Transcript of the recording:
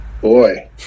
boy